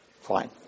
Fine